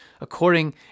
according